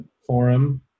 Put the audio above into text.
forum